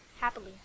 happily